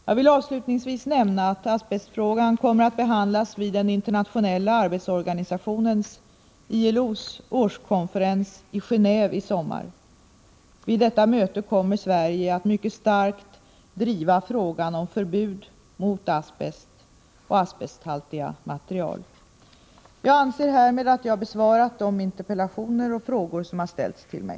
Jag vill avslutningsvis nämna att asbestfrågan kommer att behandlas vid den internationella arbetsorganisationens — ILO:s — årskonferens i Geneve i sommar. Vid detta möte kommer Sverige att mycket starkt driva frågan om förbud mot asbest och asbesthaltiga material. Jag anser härmed att jag har besvarat de interpellationer och frågor som har ställts till mig.